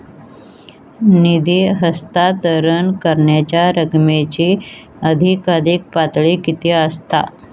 निधी हस्तांतरण करण्यांच्या रकमेची अधिकाधिक पातळी किती असात?